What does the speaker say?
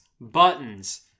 buttons